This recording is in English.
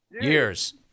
Years